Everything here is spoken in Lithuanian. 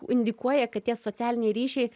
indikuoja kad tie socialiniai ryšiai